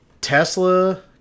Tesla